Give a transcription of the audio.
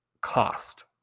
cost